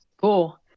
Cool